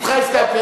אתך הסכמתי.